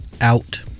out